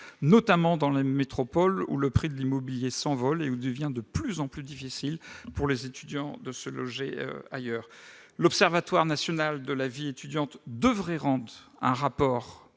notamment dans les métropoles, où les prix de l'immobilier s'envolent et où il devient de plus en plus difficile pour les étudiants de se loger. L'Observatoire national de la vie étudiante devrait rendre un rapport